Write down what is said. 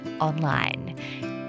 online